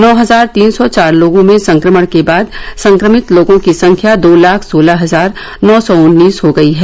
नौ हजार तीन सौ चार लोगों में संक्रमण के बाद संक्रमित लोगों की संख्या दो लाख सोलह हजार नौ सौ उन्नीस हो गई है